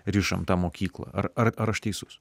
rišam tą mokyklą ar ar aš teisus